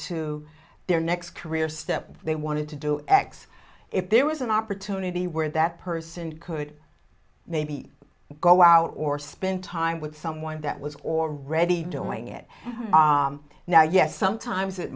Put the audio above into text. to their next career step they wanted to do x if there was an opportunity where that person could maybe go out or spend time with someone that was already doing it now yes sometimes it